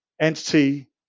entity